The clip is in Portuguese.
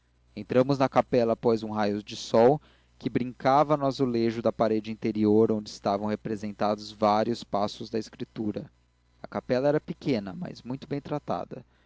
entramos na capela após um raio de sol que brincava no azulejo da parede interior onde estavam representados vários passos da escritura a capela era pequena mas muito bem tratada